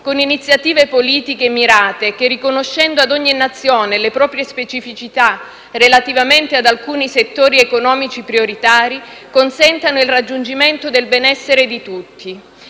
con iniziative politiche mirate che, riconoscendo a ogni Nazione le proprie specificità relativamente ad alcuni settori economici prioritari, consentano il raggiungimento del benessere di tutti.